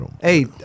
Hey